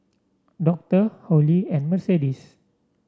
Doctor Holli and Mercedes